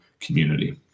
community